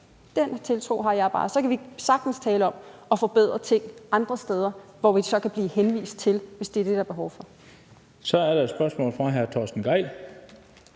Den tiltro har jeg bare. Så kan vi sagtens tale om at forbedre ting andre steder, som man kan blive henvist til, hvis det er det, der er behov for. Kl. 10:53 Den fg. formand (Bent